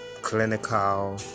clinical